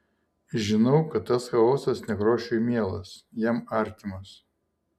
žinau kad tas chaosas nekrošiui mielas jam artimas